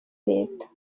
leta